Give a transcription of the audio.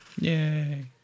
yay